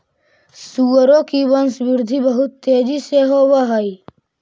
सुअरों की वंशवृद्धि बहुत तेजी से होव हई